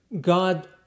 God